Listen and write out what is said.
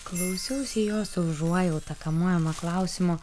klausiausi jo su užuojauta kamuojama klausimo